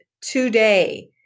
today